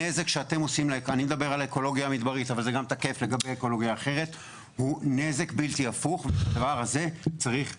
הנזק שהם גורמים הוא נזק בלתי הפיך ואת הדבר הזה צריך למנוע.